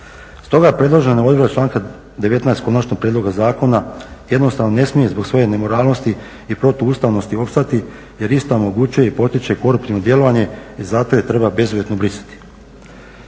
Stoga predlažem da odredbom članka 19. konačnog prijedloga zakona jednostavno ne smije zbog svoje nemoralnosti i protuustavnosti opstati jer … i potiče koruptivno djelovanje, zato ga treba bezuvjetno brisati.